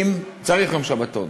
צריך יום שבתון,